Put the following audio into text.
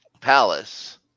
Palace